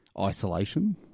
isolation